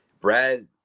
Brad